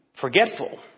forgetful